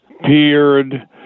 peered